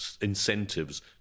incentives